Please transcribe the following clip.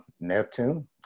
Neptune